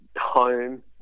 home